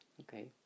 Okay